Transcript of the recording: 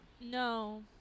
No